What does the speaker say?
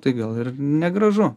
tai gal ir negražu